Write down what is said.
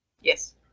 Yes